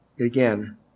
again